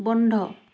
বন্ধ